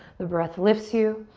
the breath lifts you.